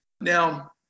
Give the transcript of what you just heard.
Now